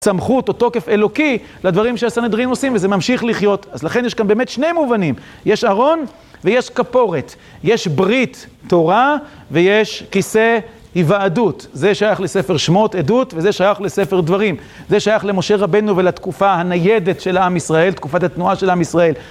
צמחו את אותו תוקף אלוקי לדברים שהסנדרין עושים, וזה ממשיך לחיות. אז לכן יש כאן באמת שני מובנים. יש ארון, ויש כפורת. יש ברית תורה, ויש כיסא היוועדות. זה שייך לספר שמות עדות, וזה שייך לספר דברים. זה שייך למשה רבנו ולתקופה הניידת של העם ישראל, תקופת התנועה של העם ישראל...,